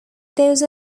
those